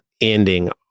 ending